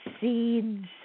seeds